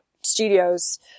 Studios